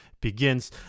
begins